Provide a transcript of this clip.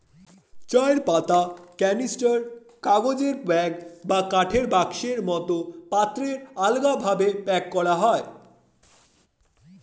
চায়ের পাতা ক্যানিস্টার, কাগজের ব্যাগ বা কাঠের বাক্সের মতো পাত্রে আলগাভাবে প্যাক করা হয়